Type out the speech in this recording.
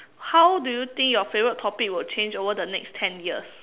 how do you think your favorite topic will change over the next ten years